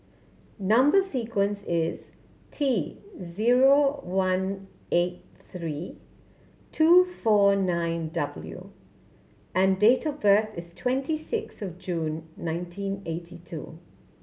number sequence is T zero one eight three two four nine W and date of birth is twenty six of June nineteen eighty two